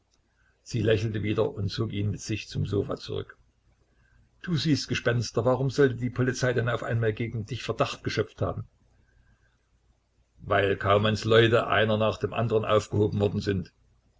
sie lächelte wieder und zog ihn mit sich zum sofa zurück du siehst gespenster warum sollte die polizei denn auf einmal gegen dich verdacht geschöpft haben weil kaumanns leute einer nach dem andern aufgehoben worden sind